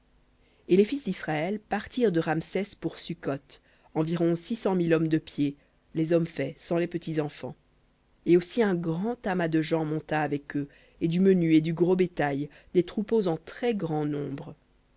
et les fils d'israël partirent de ramsès pour succoth environ six cent mille hommes de pied les hommes faits sans les petits enfants et aussi un grand amas de gens monta avec eux et du menu et du gros bétail des troupeaux en très-grand nombre